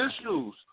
issues